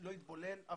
לא יתבולל.